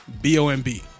B-O-M-B